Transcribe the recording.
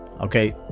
okay